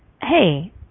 hey